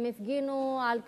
הם הפגינו על כבודם,